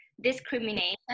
discrimination